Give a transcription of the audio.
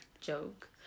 joke